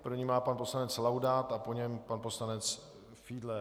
První má pan poslanec Laudát a po něm pan poslanec Fiedler.